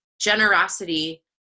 generosity